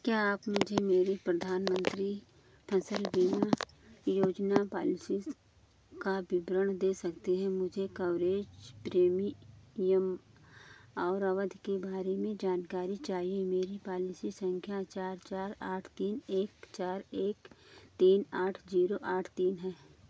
क्या आप मुझे मेरी प्रधानमंत्री फसल बीमा योजना पालिसी का विवरण दे सकते हैं मुझे कवरेज प्रीमियम और अवधि के बारे में जानकारी चाहिए मेरी पालिसी संख्या चार चार आठ तीन एक चार एक तीन आठ जीरो आठ तीन है